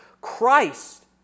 Christ